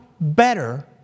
better